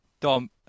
Dom